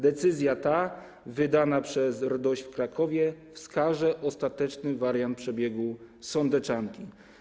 Decyzja ta, wydana przez RDOŚ w Krakowie, wskaże ostateczny wariant przebiegu sądeczanki.